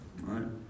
Right